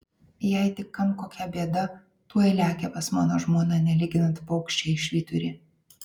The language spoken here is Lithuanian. jei tik kam kokia bėda tuoj lekia pas mano žmoną nelyginant paukščiai į švyturį